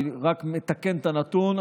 אני רק מתקן את הנתון,